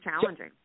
challenging